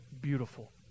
beautiful